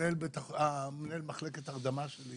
שמנהל מחלקת ההרדמה שלו